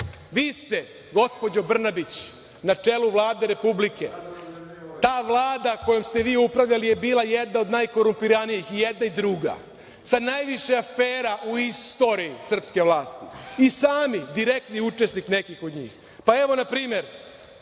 vi ste gospođo Brnabić na čelu Vlade Republike. Ta Vlada kojom ste vi upravljali je bila jedna od najkorumpiranijih i jedna i druga, sa najviše afera u istoriji srpske vlasti i sami direktni učesnik nekih od njih. Evo, na primer,